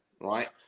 right